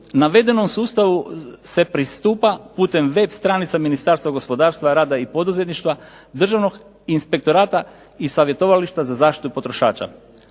Navedenom sustavu se pristupa putem web stranica Ministarstva gospodarstva, rada i poduzetništva, Državnog inspektorata i Savjetovališta za zaštitu potrošača.